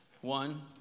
One